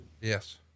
Yes